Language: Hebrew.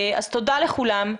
תודה לכולם.